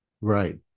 Right